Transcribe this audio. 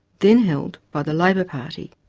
then held by the labor party.